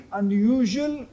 unusual